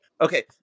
Okay